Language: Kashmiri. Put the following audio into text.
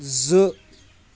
زٕ